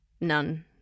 none